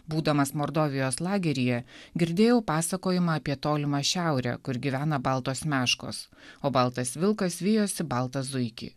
būdamas mordovijos lageryje girdėjau pasakojimą apie tolimą šiaurę kur gyvena baltos meškos o baltas vilkas vijosi baltą zuikį